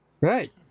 Right